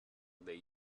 dei